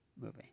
movie